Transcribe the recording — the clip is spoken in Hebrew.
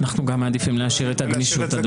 גם אנחנו מעדיפים להשאיר את הגמישות.